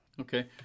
Okay